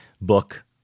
book